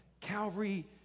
Calvary